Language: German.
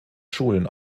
schulen